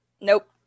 Nope